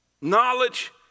Knowledge